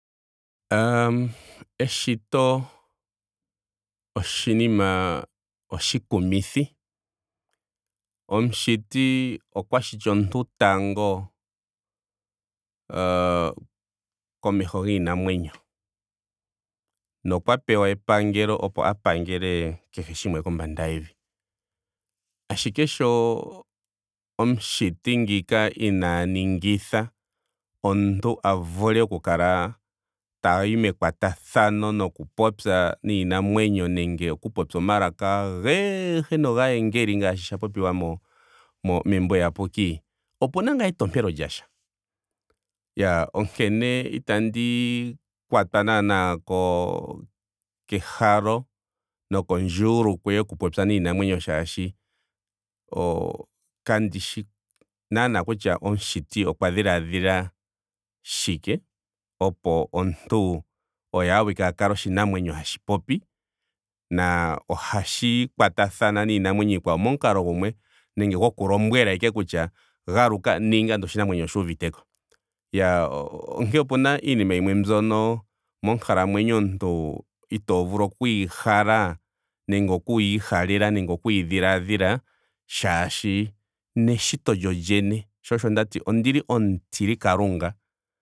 Aah eshito oshinima oshikumithi. Omushiti okwa shiti omuntu tango mhh komeho giinamwenyo. Nokwa pewa epangelo opo a pangele kehe shiwme kombanda yevi. Ashike sho ngiika omushiti inaa ningitha omuntu a vule oku kala tayi mekwatathano noku popya niinamwenyo nenge oku popya omalaka agehe nogaayengeli ngaashi sha popiwa mo- membo eyapuki. opena ngaa etompelo lyasha. Iyaa onkene itandi kwatwa naana ko- kehalo nokondjuulukwe yoku popya niinamwenyo molwaashoka o- kandishi naana kutya omushiti okwa dhiladhila shike opo omuntu awike oye a kale oshinamwenyo hashi popi. na ohashi kwatathana niinamwenyo iikwawo momukalo gumwe nenge goku lombwela ashike kutya galuka. ninga ndele oshinamwenyo oshuuviteko. Iya o- onkene opena iinima yimwe mbyono monkalamwenyo omuntu itoo vulu okuyi hala nenge okuyi ihalela nenge okuyi dhiladhila shaashi neshito lyolyene. sho osho ndati ondili omutili kalunga